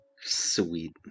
Sweet